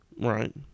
Right